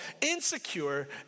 insecure